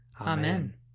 Amen